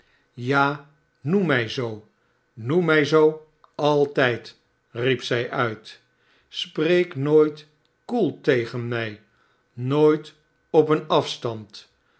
ja noem mij zoo noem mij zoo altijd riep zij uit spreek nooit koel tegenmij nooit op eerj afstand